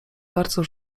bardzo